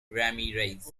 ramirez